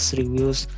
reviews